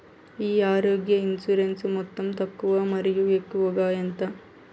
ఈ ఆరోగ్య ఇన్సూరెన్సు మొత్తం తక్కువ మరియు ఎక్కువగా ఎంత?